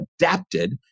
adapted